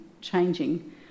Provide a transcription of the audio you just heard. changing